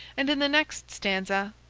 and in the next stanza,